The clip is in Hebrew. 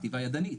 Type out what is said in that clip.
כתיבה ידנית,